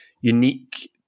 unique